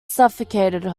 suffocated